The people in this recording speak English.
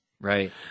right